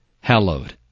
hallowed